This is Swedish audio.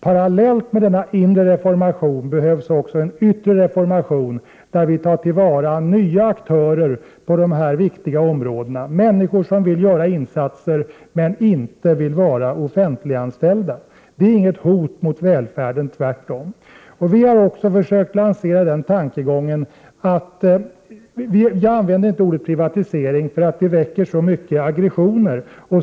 Parallellt med denna inre reformation behövs också en yttre reformation där vi tar till vara nya aktörer på dessa viktiga områden, människor som vill göra insatser men inte vill vara offentliganställda. Det är inget hot mot välfärden — tvärtom. Jag använder inte ordet privatisering, eftersom det väcker så mycket aggressioner.